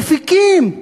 מפיקים,